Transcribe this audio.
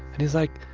and he's like,